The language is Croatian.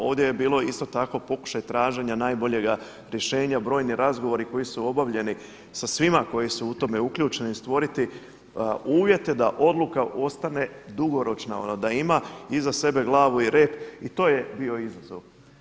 Ovdje je bilo isto tako pokušaj traženja najboljega rješenja, brojni razgovori koji su obavljeni sa svima koji su u tome uključeni stvoriti uvjete da odluka ostane dugoročna, ono da ima iza sebe glavu i rep i to je bio izazov.